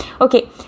okay